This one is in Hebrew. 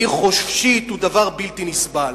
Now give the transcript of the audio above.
בעיר חופשית, הוא דבר בלתי נסבל.